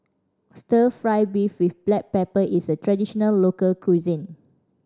Stir Fry beef with black pepper is a traditional local cuisine